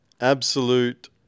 absolute